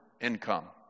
income